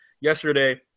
yesterday